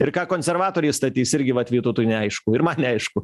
ir ką konservatoriai statys irgi vat vytautui neaišku ir man neaišku